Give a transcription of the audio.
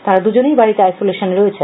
তাঁরা দুজনেই বাড়িতে আইসলেসনে রয়েছেন